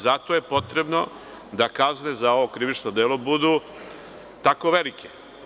Zato je potrebno da kazne za ovo krivično delo budu tako velike.